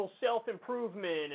self-improvement